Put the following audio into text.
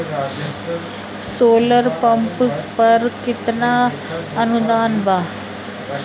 Solar pump पर केतना अनुदान बा?